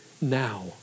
now